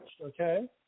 okay